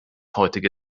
heutige